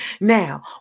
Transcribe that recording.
Now